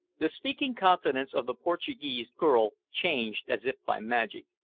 the speaking countenance of the portuguese girl changed as if by magic.